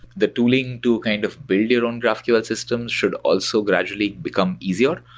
the tooling to kind of build your own graphql systems should also gradually become easier,